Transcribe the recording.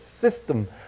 system